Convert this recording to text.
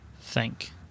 Thank